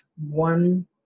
one